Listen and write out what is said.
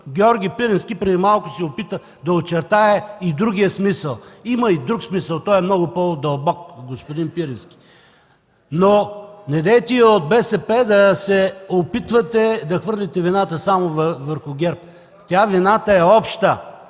Георги Пирински преди малко се опита да очертае и другия смисъл. Има и друг смисъл, но той е много по-дълбок, господин Пирински. Недейте от БСП да се опитвате да хвърлите вината само върху ГЕРБ. Вината е обща.